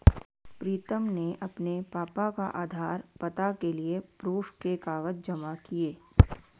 प्रीतम ने अपने पापा का आधार, पता के लिए प्रूफ के कागज जमा किए